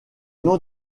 nom